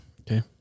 Okay